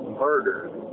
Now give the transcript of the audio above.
murder